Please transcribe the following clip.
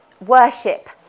worship